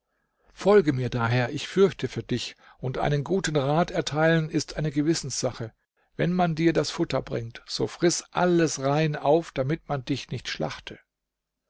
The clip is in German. folge mir daher ich fürchte für dich und einen guten rat erteilen ist eine gewissenssache wenn man dir das futter bringt so friß alles rein auf damit man dich nicht schlachte